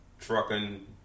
trucking